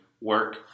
work